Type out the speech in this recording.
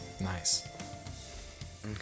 Nice